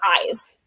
eyes